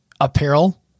apparel